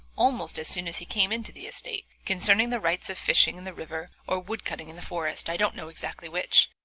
almost as soon as he came into the estate, concerning the rights of fishing in the river or wood-cutting in the forest, i don't know exactly which.